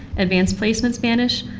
advanced placement spanish,